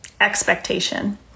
Expectation